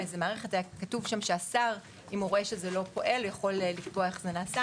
היה כתוב שם שאם השר רואה שזה לא פועל הוא יכול לקבוע איך זה יתבצע.